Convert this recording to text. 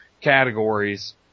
categories